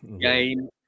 game